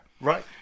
Right